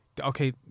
okay